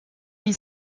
une